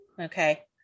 Okay